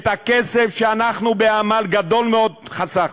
את הכסף שאנחנו בעמל גדול מאוד חסכנו,